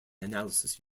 analysis